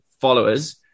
followers